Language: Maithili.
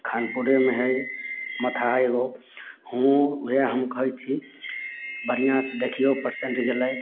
खानपुरेमे हइ महथा हइ एगो उएह हम जे कहय छी बढ़िआँसँ देखियौ पेंसेंट गेलय